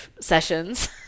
sessions